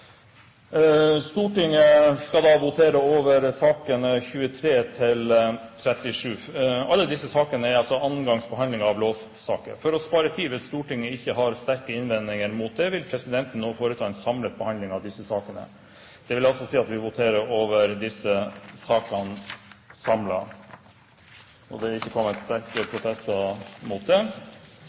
Stortinget. Stortinget går så til votering i sakene nr. 23–37. Alle disse sakene er andre gangs behandling av lovsaker. For å spare tid, hvis Stortinget ikke har sterke innvendinger mot det, vil presidenten nå foreta en samlet behandling av disse sakene. Det vil altså si at vi voterer over disse sakene samlet. – Det er ikke kommet protester mot det.